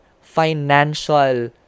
financial